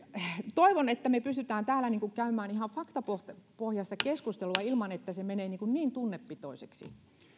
toivon että me pystymme täällä käymään ihan faktapohjaista faktapohjaista keskustelua ilman että se menee niin tunnepitoiseksi